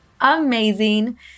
amazing